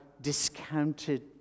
discounted